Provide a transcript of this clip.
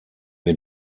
wir